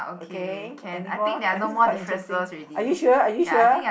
okay anymore and this is quite interesting are you sure are you sure